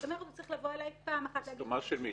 זאת אומרת שהוא צריך לבוא אליי פעם אחת --- הסכמה של מי?